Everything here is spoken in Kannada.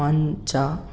ಮಂಚ